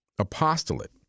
apostolate